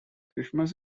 christmas